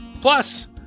Plus